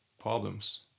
problems